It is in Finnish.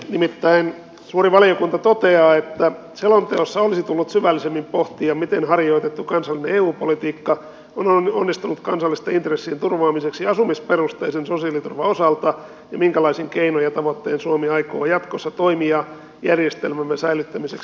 nimittäin suuri valiokunta toteaa että selonteossa olisi tullut syvällisemmin pohtia miten harjoitettu kansallinen eu politiikka on onnistunut kansallisten intressien turvaamiseksi asumisperusteisen sosiaaliturvan osalta ja minkälaisin keinoin ja tavoittein suomi aikoo jatkossa toimia järjestelmämme säilyttämiseksi